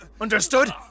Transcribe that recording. Understood